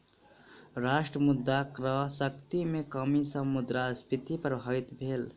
राष्ट्र मुद्रा क्रय शक्ति में कमी सॅ मुद्रास्फीति प्रभावित भेल